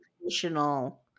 traditional